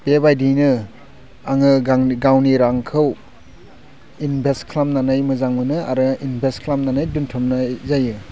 बेबायदियैनो आङो गावनि रांखौ इनभेस्ट खालामनानै मोजां मोनो आरो इनभेस्ट खालामनानै दोनथुमनाय जायो